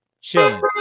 chilling